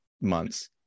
months